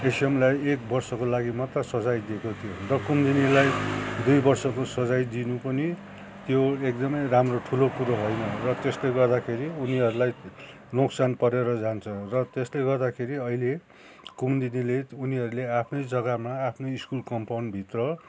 एसयुएमआईलाई एक वर्षको लागि मात्र सजाय दिएको थियो र कुमुदिनीलाई दुई वर्षको सजाय दिनु पनि त्यो एकदमै राम्रो ठुलो कुरो होइन र त्यसले गर्दाखेरि उनीहरूलाई नोक्सान परेर जान्छ र त्यसले गर्दाखेरि अहिले कुमुदिनीले उनीहरूले आफ्नै जग्गामा आफ्नै स्कुल कम्पाउन्डभित्र